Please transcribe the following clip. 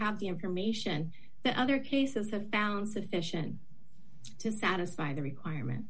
have the information that other cases the found sufficient to satisfy the requirement